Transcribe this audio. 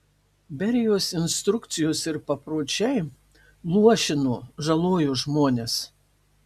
berijos instrukcijos ir papročiai luošino žalojo žmones